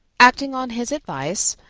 acting on his advice,